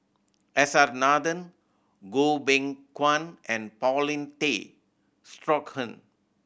S R Nathan Goh Beng Kwan and Paulin Tay Straughan